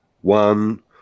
one